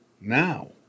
now